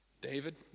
David